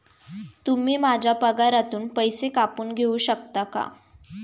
तुम्ही माझ्या पगारातून पैसे कापून घेऊ शकता का?